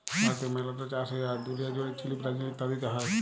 ভারতে মেলা ট চাষ হ্যয়, আর দুলিয়া জুড়ে চীল, ব্রাজিল ইত্যাদিতে হ্য়য়